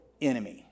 enemy